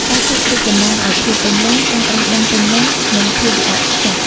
ផ្កាឈូករីក តំណាងឱ្យភាពពេញលេញ ការត្រាស់ដឹងពេញលេញ និងភាពល្អឥតខ្ចោះ។